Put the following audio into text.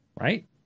Right